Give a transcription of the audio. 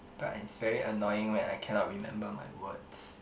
but it's very annoying when I cannot remember my words